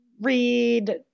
read